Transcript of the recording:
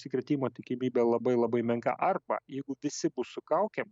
užsikrėtimo tikimybė labai labai menka arba jeigu visi bus su kaukėm